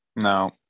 No